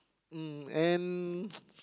um and